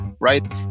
right